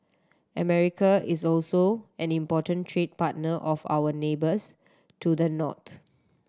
America is also an important trade partner of our neighbours to the north